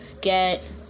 get